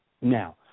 Now